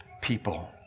people